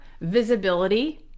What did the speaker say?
visibility